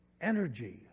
energy